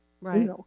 Right